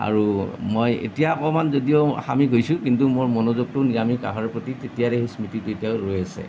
আৰু মই এতিয়া অকণমান যদিও আমিষ হৈছোঁ কিন্তু মোৰ মনোযোগটো নিৰামিষ আহাৰৰ প্ৰতি তেতিয়াৰে সেই স্মৃতিটো এতিয়াও ৰৈ আছে